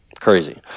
crazy